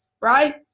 right